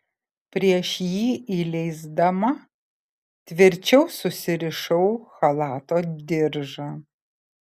prieš jį įleisdama tvirčiau susirišau chalato diržą